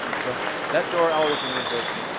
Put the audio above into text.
so that door always remains open.